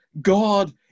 God